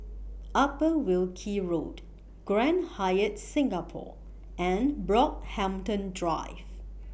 Upper Wilkie Road Grand Hyatt Singapore and Brockhampton Drive